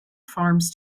farms